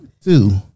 Two